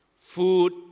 Food